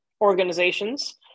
organizations